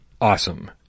awesome